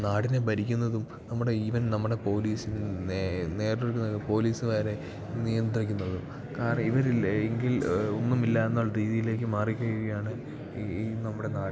നാടിനെ ഭരിക്കുന്നതും നമ്മുടെ ഈവൻ നമ്മുടെ പോലീസില് നേരെ നേരെ ഒരു പോലീസുകാരെ നിയന്ത്രിക്കുന്നതും കാരണം ഇവരില്ല എങ്കിൽ ഒന്നുമില്ലാന്നുള്ള രീതിയിലേക്ക് മാറിയിരിക്കുകയാണ് ഈ നമ്മുടെ നാട്